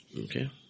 Okay